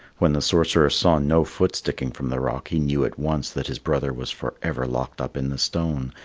when the sorcerer saw no foot sticking from the rock, he knew at once that his brother was forever locked up in the stone,